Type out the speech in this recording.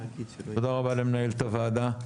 תודה רבה למנהלת הוועדה,